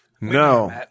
No